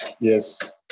Yes